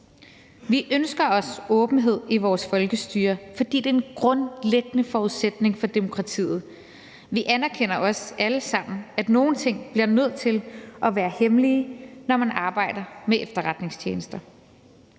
Vi ønsker os åbenhed i vores folkestyre, fordi det er en grundlæggende forudsætning for demokratiet. Vi anerkender også alle sammen, at nogle ting bliver nødt til at være hemmelige, når man arbejder med efterretningstjenester.